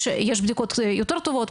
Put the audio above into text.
יש בדיקות יותר טובות,